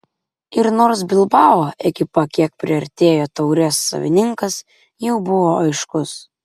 ir nors bilbao ekipa kiek priartėjo taurės savininkas jau buvo aiškus